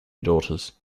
daughters